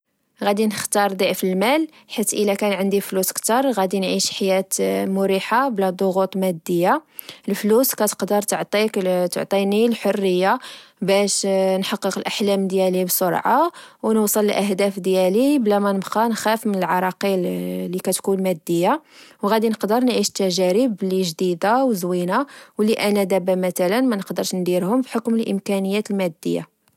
غدي نختار ضعف المال، حيت إلا كان عندي فلوس كتر، غدي نعيش حياة مريحة بلا ضغوط مادية. الفلوس كتقدر تعطيك/ تعطيني الحرية باش نحقق الأحلام ديالي بسرعة، ونوصل لأهداف ديالي بلا ما نبقى نخاف من العراقيل لكتكون مادية، وغادي نقدر نعيش تجارب لجديدة و زوينة ولأنا دابا متلا منقدرش نديرهم بحكم الإمكانيات المادية